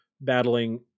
battling